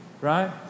Right